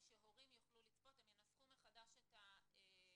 לחוק הנוער "...לצורך מילוי סמכותו לפי חוק הנוער".